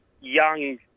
young